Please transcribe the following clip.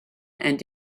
and